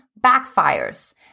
backfires